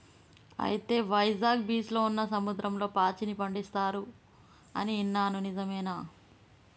అయితే వైజాగ్ బీచ్లో ఉన్న సముద్రంలో పాచిని పండిస్తారు అని ఇన్నాను నిజమేనా